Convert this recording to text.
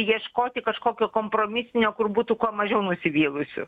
ieškoti kažkokio kompromisinio kur būtų kuo mažiau nusivylusių